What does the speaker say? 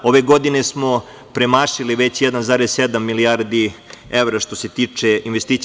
Ove godine smo premašili već 1,7 milijardi evra što se tiče investicija.